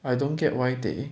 I don't get why they